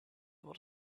able